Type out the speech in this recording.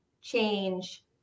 change